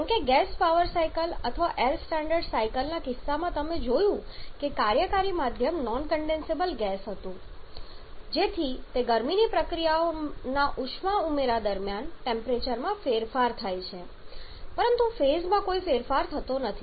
જેમ કે gas power cycle અથવા એર સ્ટાન્ડર્ડ સાયકલના કિસ્સામાં તમે જોયું છે કે કાર્યકારી માધ્યમ નોન કન્ડેન્સેબલ ગેસ હતું જેથી તે ગરમીની પ્રતિક્રિયા પ્રક્રિયાઓના ઉષ્મા ઉમેરા દરમિયાન ટેમ્પરેચરમાં ફેરફાર થાય છે પરંતુ ફેઝ માં કોઈ ફેરફાર થતો નથી